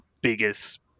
biggest